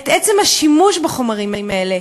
את עצם השימוש בחומרים האלה,